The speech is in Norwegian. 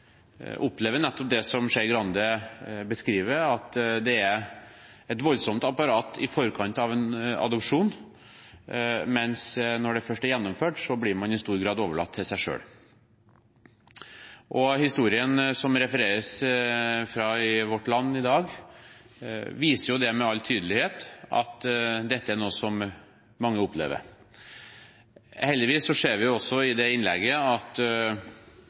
opplever nettopp det som Skei Grande beskriver, at det er et voldsomt apparat i forkant av en adopsjon, men når den først er gjennomført, blir man i stor grad overlatt til seg selv. Historien som det refereres fra i Vårt Land i dag, viser med all tydelighet at dette er noe som mange opplever. Heldigvis ser vi også i det innlegget at